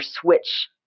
switch